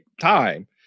time